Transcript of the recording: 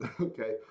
Okay